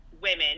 women